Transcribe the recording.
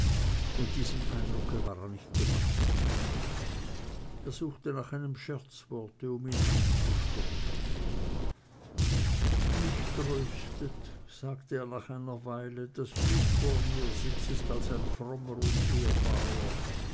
und diesem eindrucke war er nicht gewachsen er suchte nach einem scherzworte um ihn abzustumpfen mich tröstet sagte er nach einer weile daß du vor mir sitzest als ein frommer und ehrbarer